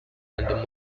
and